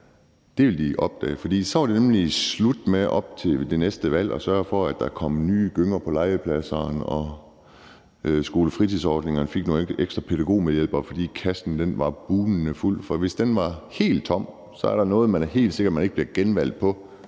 Det ville de opdage, for så var det nemlig slut med, at der op til et valg kom nye gynger på legepladserne, og at skolefritidsordningerne fik nogle ekstra pædagogmedhjælpere, fordi kassen var boomende fuld. For er der noget, man kan være helt sikker på man ikke bliver genvalgt på,